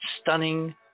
stunning